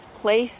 place